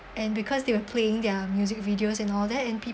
and because they were playing their music videos and all that and people